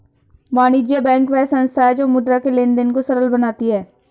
वाणिज्य बैंक वह संस्था है जो मुद्रा के लेंन देंन को सरल बनाती है